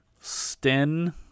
Sten